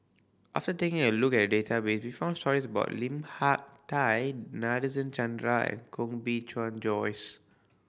after taking a look at database we found stories about Lim Hak Tai Nadasen Chandra Koh Bee Tuan Joyce